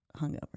hungover